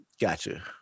Gotcha